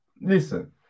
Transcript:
Listen